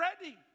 ready